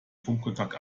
funkkontakt